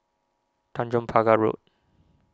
Tanjong Pagar Road